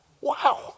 Wow